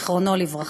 זיכרונו לברכה.